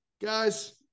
guys